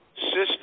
system